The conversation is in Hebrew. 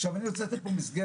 עכשיו אני רוצה לתת פה מסגרת,